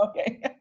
Okay